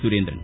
Surendran